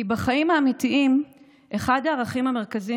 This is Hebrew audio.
כי בחיים האמיתיים אחד הערכים המרכזיים